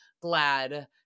glad